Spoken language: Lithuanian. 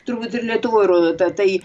turbūt ir lietuvoj rodo tą tai